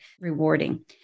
rewarding